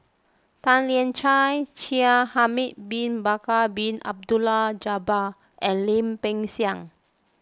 Tan Lian Chye Shaikh Ahmad Bin Bakar Bin Abdullah Jabbar and Lim Peng Siang